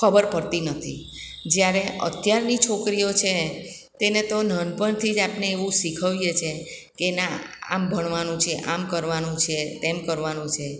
ખબર પડતી નથી જ્યારે અત્યારની છોકરીઓ છે તેને તો નાનપણથી જ આપણે એવું શીખવીએ છીએ કે ના આમ ભણવાનું છે આમ કરવાનું છે તેમ કરવાનું છે